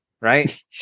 right